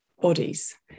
bodies